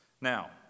Now